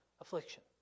affliction